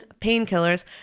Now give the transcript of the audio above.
painkillers